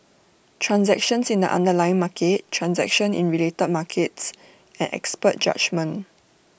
transactions in the underlying market transactions in related markets and expert judgement